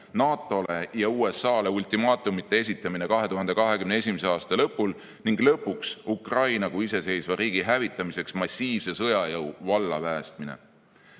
NATO-le ja USA-le ultimaatumite esitamine 2021. aasta lõpul ning lõpuks Ukraina kui iseseisva riigi hävitamiseks massiivse sõjajõu vallapäästmine. Kõik